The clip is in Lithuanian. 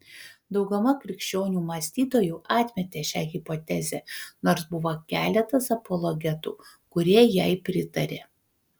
dauguma krikščionių mąstytojų atmetė šią hipotezę nors buvo keletas apologetų kurie jai pritarė